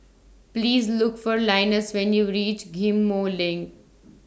Please Look For Linus when YOU REACH Ghim Moh LINK